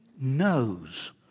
knows